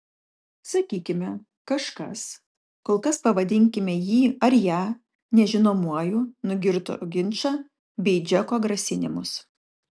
sakykime kažkas kol kas pavadinkime jį ar ją nežinomuoju nugirdo ginčą bei džeko grasinimus